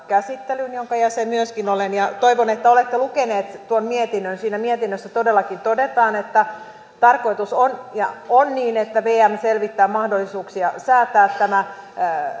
käsittelyyn jonka jäsen myöskin olen ja toivon että olette lukeneet tuon mietinnön siinä mietinnössä todellakin todetaan että tarkoitus on että vm selvittää mahdollisuuksia säätää